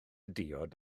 diod